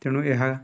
ତେଣୁ ଏହା